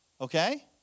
Okay